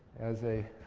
as a